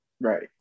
right